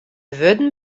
wurden